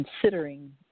considering